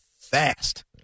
fast